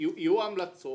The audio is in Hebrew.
אנשים